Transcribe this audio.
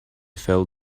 fell